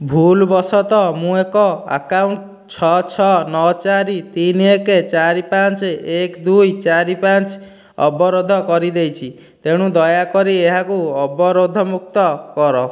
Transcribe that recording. ଭୁଲ ବଶତଃ ମୁଁ ଏକ ଆକାଉଣ୍ଟ ଛଅ ଛଅ ନଅ ଚାରି ତିନି ଏକ ଚାରି ପାଞ୍ଚ ଏକ ଦୁଇ ଚାରି ପାଞ୍ଚ ଅବରୋଧ କରିଦେଇଛି ତେଣୁ ଦୟାକରି ଏହାକୁ ଅବରୋଧମୁକ୍ତ କର